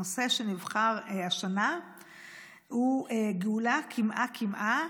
הנושא שנבחר השנה הוא גאולה קמעה-קמעה,